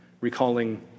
recalling